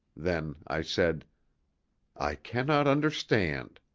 then i said i cannot understand.